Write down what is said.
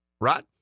right